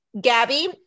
Gabby